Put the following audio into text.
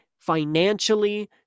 Financially